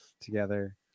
together